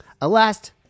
alas